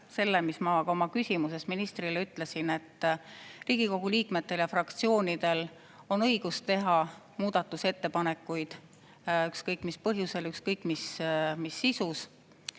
selle, mida ma ka oma küsimuses ministrile ütlesin. Riigikogu liikmetel ja fraktsioonidel on õigus teha muudatusettepanekuid ükskõik mis põhjusel ükskõik mis sisus.